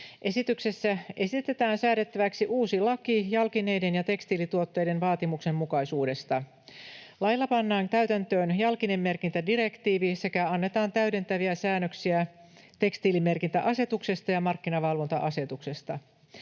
Esityksessä esitetään säädettäväksi uusi laki jalkineiden ja tekstiilituotteiden vaatimuksenmukaisuudesta. Lailla pannaan täytäntöön jalkinemerkintädirektiivi sekä annetaan täydentäviä säännöksiä tekstiilimerkintäasetuksesta ja markkinavalvonta-asetuksesta.